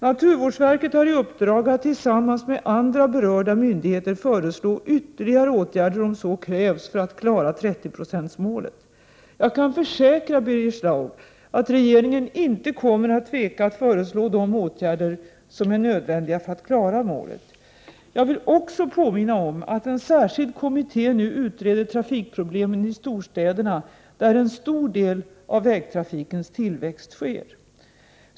Naturvårdsverket har i uppdrag att tillsammans med andra berörda myndigheter föreslå ytterligare åtgärder om så krävs för att klara 30 procentsmålet. Jag kan försäkra Birger Schlaug att regeringen inte kommer att tveka att föreslå de åtgärder som är nödvändiga för att klara målet. Jag vill också påminna om att en särskild kommitté nu utreder tafikproblemen i storstäderna, där en stor del av vägtrafikens tillväxt sker.